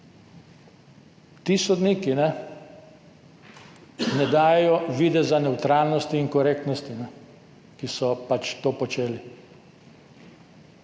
Ti sodniki ne dajejo videza nevtralnosti in korektnosti, ti, ki so pač to počeli,